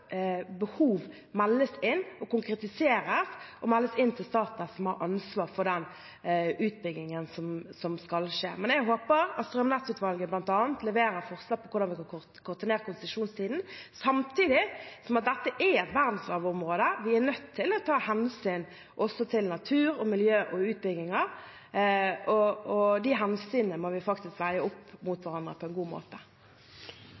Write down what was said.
behov meldes inn og konkretiseres, og meldes inn til Statnett, som har ansvaret for den utbyggingen som skal skje. Jeg håper at strømnettutvalget bl.a. leverer forslag om hvordan vi kan korte ned konsesjonstiden. Samtidig er dette et verdensarvområde, og vi er nødt til å ta hensyn til natur, miljø og utbygginger. De hensynene må vi faktisk veie opp mot